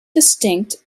distinct